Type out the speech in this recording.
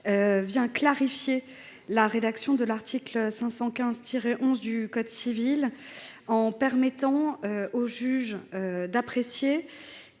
vise à clarifier la rédaction de l’article 515 11 du code civil, en permettant aux juges d’apprécier